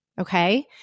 okay